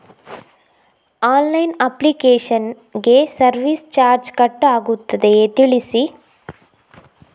Online application ಗೆ service charge cut ಆಗುತ್ತದೆಯಾ ತಿಳಿಸಿ?